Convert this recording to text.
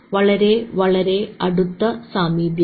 വളരെ വളരെ അടുത്ത സാമീപ്യത്തിൽ